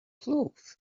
cloth